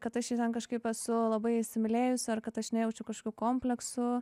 kad aš jį ten kažkaip esu labai įsimylėjusi ar kad aš nejaučiu kažkokių kompleksų